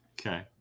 Okay